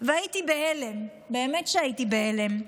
והייתי בהלם, באמת שהייתי בהלם.